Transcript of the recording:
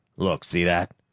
look see that?